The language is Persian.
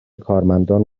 کارمندان